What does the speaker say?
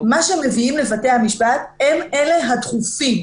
מה שמביאים לבתי המשפט הם הדחופים,